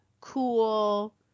cool